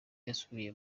yasuye